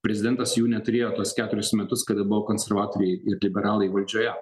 prezidentas jų neturėjo tuos keturis metus kada buvo konservatoriai ir liberalai valdžioje